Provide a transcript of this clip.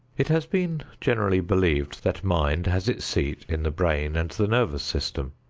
it has been generally believed that mind has its seat in the brain and the nervous system.